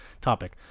topic